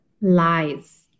lies